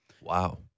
Wow